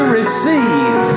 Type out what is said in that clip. receive